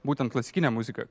būtent klasikinė muzika